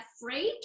afraid